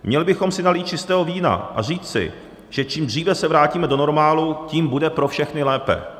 Měli bychom si nalít čistého vína a říci, že čím dříve se vrátíme do normálu, tím bude pro všechny lépe.